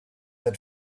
that